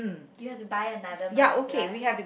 you have to buy another money plant